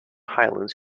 highlands